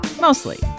Mostly